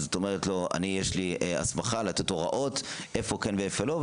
אז את אומרת לו: אני יש לי הסמכה לתת הוראות איפה כן ואיפה לא,